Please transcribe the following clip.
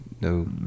No